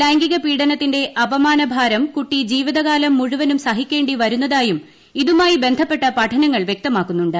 ലൈംഗിക പീഡനത്തിങ്ങന്റ അപമാനഭാരം കുട്ടി ജീവിതകാലം മുഴുവനും സഹിക്കേണ്ടി വരുന്നതായും ഇതുമായി ബന്ധപ്പെട്ട പഠനങ്ങൾ വൃക്തമാക്കുന്നുണ്ട്